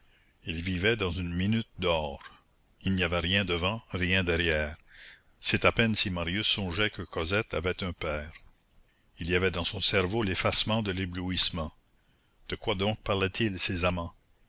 ils vivaient dans une minute d'or il n'y avait rien devant rien derrière c'est à peine si marius songeait que cosette avait un père il y avait dans son cerveau l'effacement de l'éblouissement de quoi donc parlaient ils ces amants